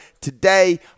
today